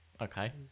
Okay